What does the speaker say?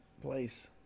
Place